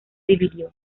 dividió